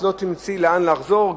אז לא תמצאי לאן לחזור,